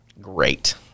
great